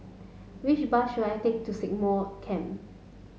which bus should I take to Stagmont Camp